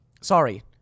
sorry